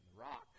Rock